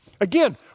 Again